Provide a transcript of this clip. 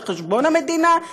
על חשבון המדינה,